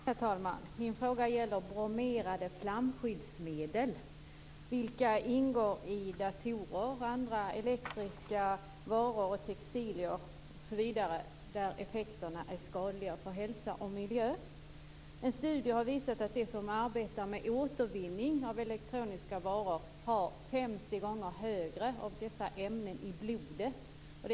Herr talman! Min fråga gäller bromerade flamskyddsmedel vilka ingår i datorer, andra elektriska varor, textilier, osv. och där effekterna är skadliga för hälsa och miljö. En studie har visat att de som arbetar med återvinning av elektroniska varor har 50 gånger högre halter av dessa ämnen i blodet.